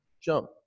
Jump